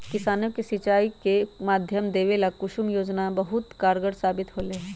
किसानों के सिंचाई के माध्यम देवे ला कुसुम योजना बहुत कारगार साबित होले है